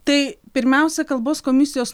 tai pirmiausia kalbos komisijos